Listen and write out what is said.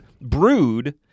brood